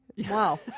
Wow